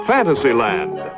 Fantasyland